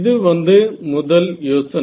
இது வந்து முதல் யோசனை